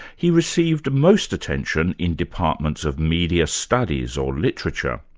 he received most attention in departments of media studies or literature.